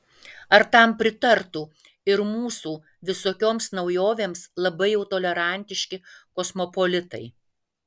ar tam pritartų ir mūsų visokioms naujovėms labai jau tolerantiški kosmopolitai